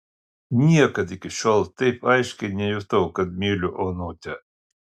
niekad iki šiol taip aiškiai nejutau kad myliu onutę